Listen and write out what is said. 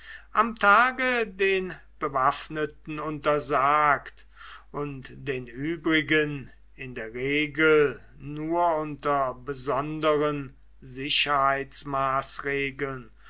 am tage den bewaffneten untersagt und den übrigen in der regel nur unter besonderen